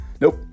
Nope